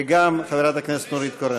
וגם חברת הכנסת נורית קורן,